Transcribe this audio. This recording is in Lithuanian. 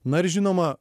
na ir žinoma